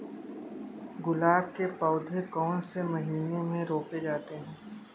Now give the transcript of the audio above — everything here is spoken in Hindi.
गुलाब के पौधे कौन से महीने में रोपे जाते हैं?